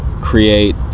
create